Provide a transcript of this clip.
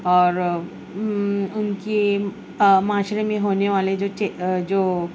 اور ان کی معاشرے میں ہونے والے جو چہ جو